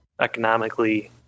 economically